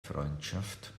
freundschaft